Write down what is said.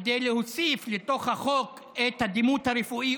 כדי להוסיף לתוך החוק את הדימות הרפואי,